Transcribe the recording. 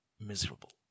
miserable